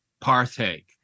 partake